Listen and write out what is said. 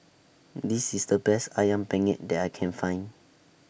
This IS The Best Ayam Penyet that I Can Find